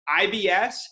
IBS